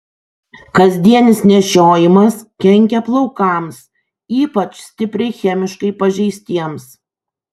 kasdienis nešiojimas kenkia plaukams ypač stipriai chemiškai pažeistiems